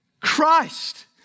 Christ